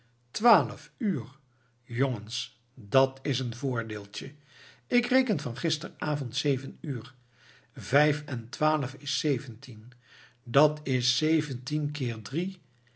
twaalf uur jongens dat is een voordeeltje ik reken van gisteren-avond zeven uur vijf en twaalf is zeventien dat is zeventien keer drie